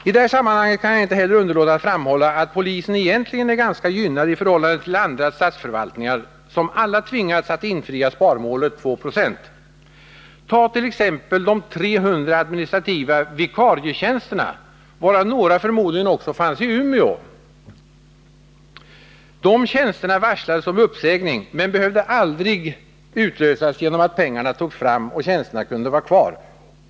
I det här sammanhanget kan jag inte heller underlåta att framhålla, att polisen egentligen är ganska gynnad i förhållande till andra statsförvaltningar, som alla tvingats att infria sparmålet 2 96. Tag t.ex. de 300 administrativa vikarietjänsterna, varav några förmodligen också fanns i Umeå. Dessa tjänster varslades om uppsägning, men varslen behövde aldrig utlösas genom att pengarna togs fram och tjänsterna kunde vara kvar.